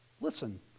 Listen